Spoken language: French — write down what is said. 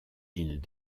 îles